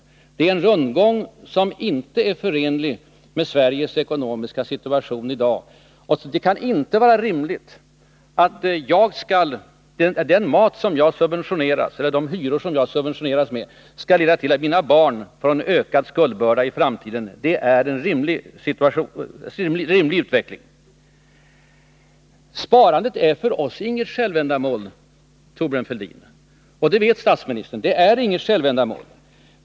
Det är en rundgång som inte är förenlig med Sveriges ekonomiska situation. Och det kan inte vara rimligt att de subventioner som jag får på min mat och min hyra skall leda till att mina barn får en ökad skuldbörda i framtiden. Sparandet är för oss inget självändamål, och det vet Thorbjörn Fälldin.